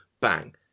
bang